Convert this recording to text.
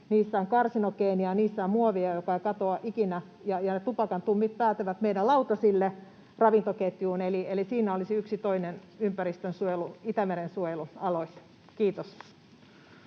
niissä on karsinogeenejä ja niissä on muovia, joka ei katoa ikinä, ja ne tupakantumpit päätyvät meidän lautasille, ravintoketjuun. Eli siinä olisi yksi toinen ympäristönsuojelu-, Itämeren suojelualoite. — Kiitos.